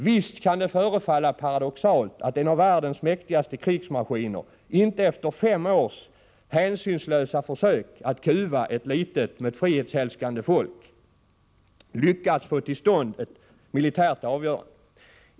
Visst kan det förefalla paradoxalt att en av världens mäktigaste krigsmaskiner efter fem års hänsynslösa försök att kuva ett litet men frihetsälskande folk inte har lyckats få till stånd ett militärt avgörande.